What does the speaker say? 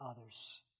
others